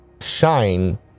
shine